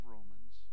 Romans